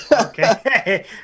Okay